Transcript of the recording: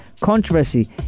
controversy